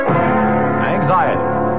Anxiety